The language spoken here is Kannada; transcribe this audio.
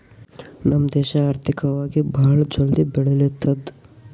ನಮ್ ದೇಶ ಆರ್ಥಿಕವಾಗಿ ಭಾಳ ಜಲ್ದಿ ಬೆಳಿಲತ್ತದ್